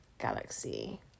Galaxy